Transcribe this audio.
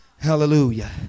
hallelujah